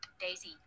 daisy